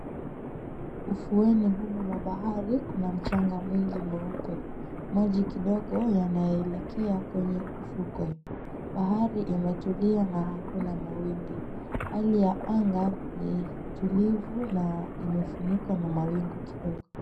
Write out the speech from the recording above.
Ufuoni humu mwa bahari kuna mchanga mwingi mweupe .Maji kidogo yanaelekea kwenye ufukwe. Bahari imetulia na hakuna mawimbi. Hali ya anga ni tulivu na imefunikwa na mawingu kidogo.